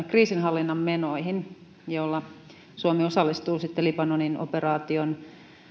kriisinhallinnan menoihin jolla suomi osallistuu sitten libanonin operaatioon